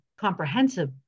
comprehensive